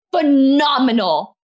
phenomenal